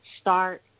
start